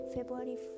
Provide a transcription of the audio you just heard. February